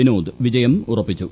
വിനോദ് വിജയം ഉറപ്പിച്ചു